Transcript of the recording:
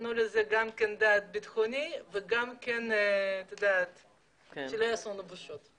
וייתנו לזה את הצד הביטחוני ושלא יעשו לנו בושות.